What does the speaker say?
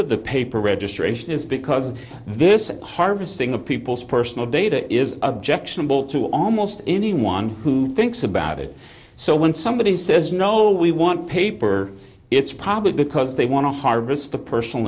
of the paper registration is because this harvesting of people's personal data is objectionable to almost anyone who thinks about it so when somebody says no we want paper it's probably because they want to harvest the personal